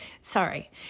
Sorry